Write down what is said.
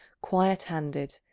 quiet-handed